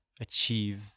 achieve